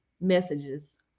messages